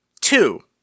two